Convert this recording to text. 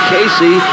Casey